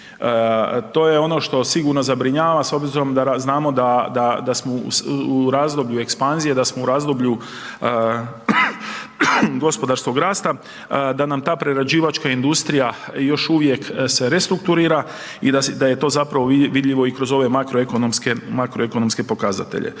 to je ono što sigurno zabrinjava s obzirom da znamo da, da, da smo u razdoblju ekspanzije, da smo u razdoblju gospodarskog rasta, da nam ta prerađivačka industrija još uvijek se restrukturira i da je to zapravo vidljivo i kroz ove makroekonomske,